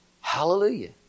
Hallelujah